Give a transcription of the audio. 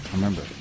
remember